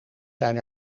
zijn